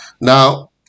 Now